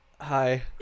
hi